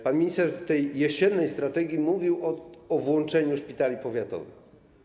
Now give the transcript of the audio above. Pan minister w tej jesiennej strategii mówił o włączeniu szpitali powiatowych.